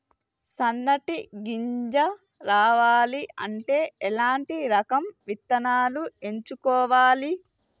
సన్నటి గింజ రావాలి అంటే ఎలాంటి రకం విత్తనాలు ఎంచుకోవాలి?